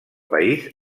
país